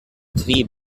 three